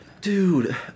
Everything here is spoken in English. Dude